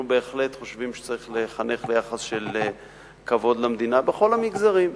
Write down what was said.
אנחנו בהחלט חושבים שצריך לחנך ליחס של כבוד למדינה בכל המגזרים.